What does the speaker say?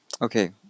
Okay